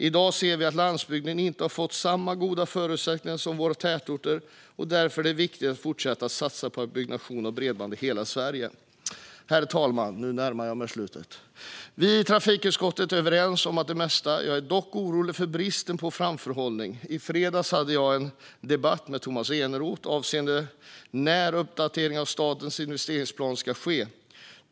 I dag ser vi att landsbygden inte har fått samma goda förutsättningar som våra tätorter, och därför är det viktigt att vi fortsätter att satsa på byggnation av bredband i hela Sverige. Herr talman! Jag närmar mig slutet av mitt anförande. Vi i trafikutskottet är överens om det mesta, men jag är orolig för bristen på framförhållning. I fredags hade jag en debatt med Tomas Eneroth avseende när uppgraderingen av statens investeringsplan ska ske.